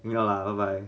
赢了 lah bye bye